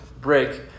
break